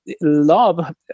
love